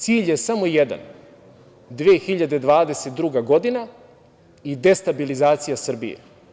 Cilj je samo jedan - 2022. godina i destabilizacija Srbije.